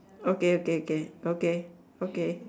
okay okay okay okay okay